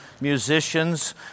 musicians